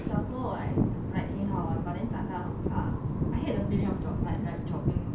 小时候我 like like 挺好玩 but then 长大很怕 I hate the feeling of drop right right dropping